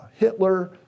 Hitler